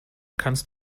kannst